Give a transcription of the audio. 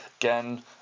Again